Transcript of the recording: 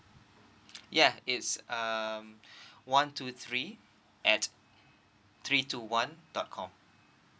yeah it's um one two three at three two one dot com